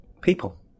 people